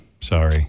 Sorry